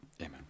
Amen